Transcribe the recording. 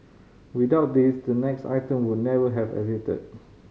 without this the next item would never have existed